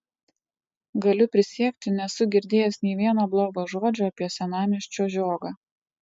galiu prisiekti nesu girdėjęs nei vieno blogo žodžio apie senamiesčio žiogą